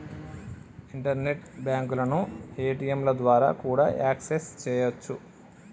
internet బ్యాంకులను ఏ.టీ.యంల ద్వారా కూడా యాక్సెస్ చెయ్యొచ్చు